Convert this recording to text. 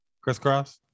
Crisscross